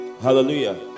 Hallelujah